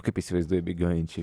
kaip įsivaizduoji bėgiojančią